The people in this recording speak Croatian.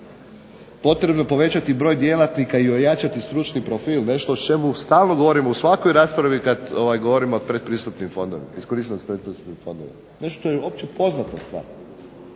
Potrebno je povećati broj djelatnika i ojačati stručni profil, nešto o čemu stalno govorimo, u svakoj raspravi kad govorimo o pretpristupnim fondovima, iskorištenosti